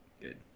good